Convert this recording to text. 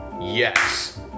Yes